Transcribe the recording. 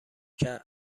کرد